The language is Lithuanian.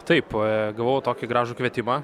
taip gavau tokį gražų kvietimą